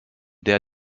der